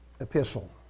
epistle